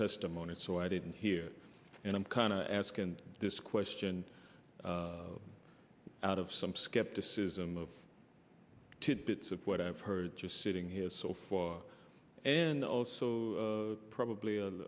testimony so i didn't hear and i'm kind of asking this question out of some skepticism of tidbits of what i've heard just sitting here so far and also probably